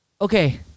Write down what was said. okay